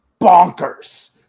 bonkers